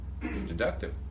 Deductive